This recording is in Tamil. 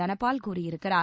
தனபால் கூறியிருக்கிறார்